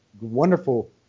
wonderful